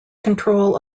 control